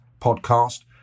podcast